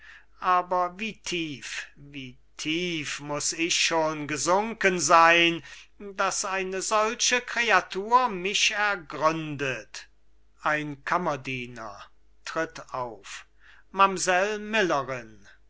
aber wie tief wie tief muß ich schon gesunken sein daß eine solche creatur mich ergründet ein kammerdiener tritt auf mamsell millerin lady